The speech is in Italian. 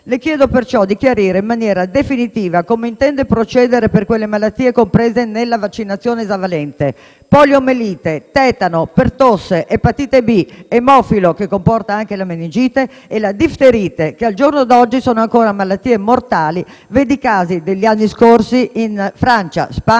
Le chiedo perciò di chiarire in maniera definitiva come intende procedere per le malattie comprese nella vaccinazione esavalente: poliomelite, tetano, pertosse, epatite B, haemophilus (che comporta anche la meningite) e la difterite, che al giorno d'oggi sono ancora malattie mortali, come testimoniano i casi degli anni scorsi in Francia, Spagna